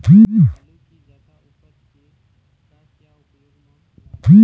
आलू कि जादा उपज के का क्या उपयोग म लाए?